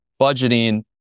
budgeting